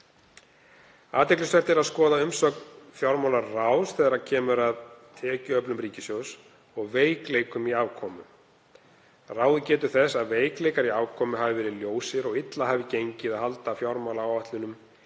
Athyglisvert er að skoða umsögn fjármálaráðs þegar kemur að tekjuöflun ríkissjóðs og veikleikum í afkomu. Ráðið getur þess að veikleikar í afkomu hafi verið ljósir og illa hafi gengið að halda fjármálaáætlunum